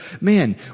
man